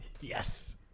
Yes